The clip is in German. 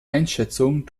einschätzung